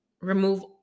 remove